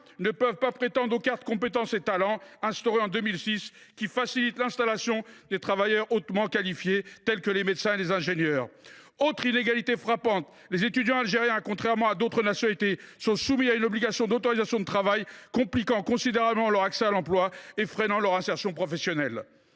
ne peuvent pas prétendre aux cartes « compétences et talents », instaurées en 2006, qui facilitent l’installation des travailleurs hautement qualifiés, tels que les médecins et les ingénieurs. Autre inégalité frappante : les étudiants algériens, contrairement à d’autres nationalités, sont soumis à une obligation d’autorisation de travail, compliquant considérablement leur accès à l’emploi et freinant leur insertion professionnelle.